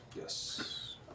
Yes